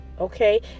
Okay